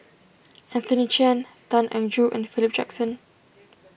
Anthony Chen Tan Eng Joo and Philip Jackson